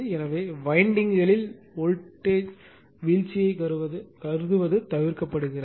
எனவே வைண்டிங்களில் வோல்ட் வீழ்ச்சியை கருதுவது தவிர்க்கப்படுகிறது